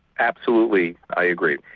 absolutely, i agree.